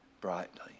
brightly